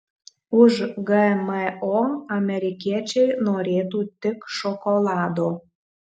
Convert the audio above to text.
už gmo amerikiečiai norėtų tik šokolado